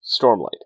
Stormlight